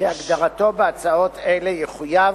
כהגדרתו בהצעות אלה, יחויב